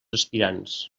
aspirants